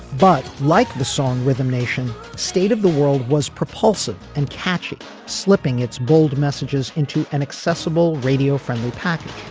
but like the song rhythm nation state of the world was propulsive and catchy slipping its bold messages into an accessible radio friendly package.